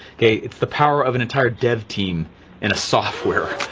okay, it's the power of an entire dev team in a software.